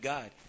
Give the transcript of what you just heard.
God